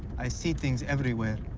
i see things everywhere.